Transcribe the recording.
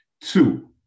Two